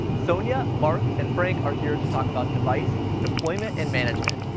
sonja, mark, and frank are here to talk about device deployment and management.